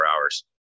hours